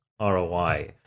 ROI